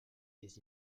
des